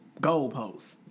goalposts